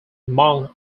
among